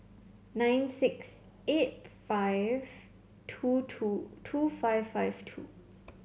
nine six eight five two two two five five two